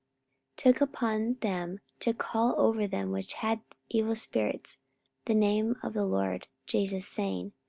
took upon them to call over them which had evil spirits the name of the lord jesus, saying,